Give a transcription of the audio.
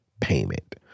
payment